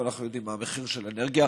ואנחנו יודעים מה המחיר של אנרגיה,